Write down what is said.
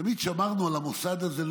תמיד שמרנו על המוסד הזה.